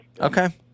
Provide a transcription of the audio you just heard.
Okay